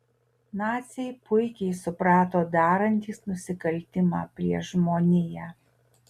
naciai puikiai suprato darantys nusikaltimą prieš žmoniją